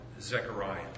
Zechariah